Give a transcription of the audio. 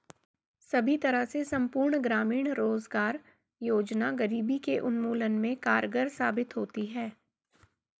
सभी तरह से संपूर्ण ग्रामीण रोजगार योजना गरीबी के उन्मूलन में कारगर साबित होती है